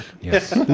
Yes